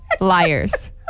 Liars